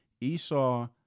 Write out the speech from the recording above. Esau